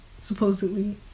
supposedly